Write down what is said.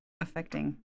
Affecting